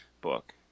book